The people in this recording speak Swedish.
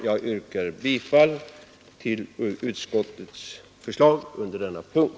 Jag yrkar bifall till utskottets hemställan under denna punkt.